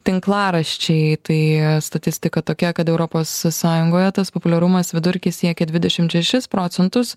tinklaraščiai tai statistika tokia kad europos sąjungoje tas populiarumas vidurkis siekia dvidešimt šešis procentus